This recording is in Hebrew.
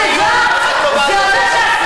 הופעת לוועדה.